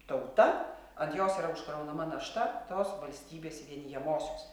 tauta ant jos yra užkraunama našta tos valstybės vienijamosios